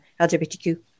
LGBTQ